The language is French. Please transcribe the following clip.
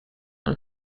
dans